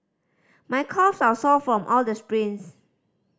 my calves are sore from all the sprints